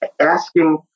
asking